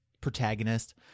protagonist